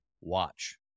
watch